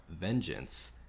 vengeance